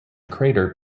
crater